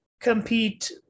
compete